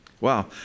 Wow